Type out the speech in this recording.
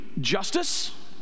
justice